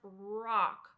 rock